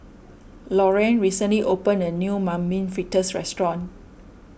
Lorayne recently opened a new Mung Bean Fritters restaurant